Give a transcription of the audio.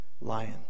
lion